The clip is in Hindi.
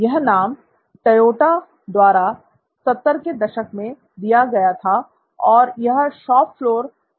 यह नाम टोयोटा द्वारा 70 के दशक में दिया गया था और यह शॉप फलो पर काफी प्रसिद्ध हुआ था